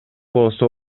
болсо